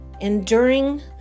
enduring